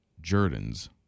Jordan's